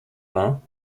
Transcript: vingts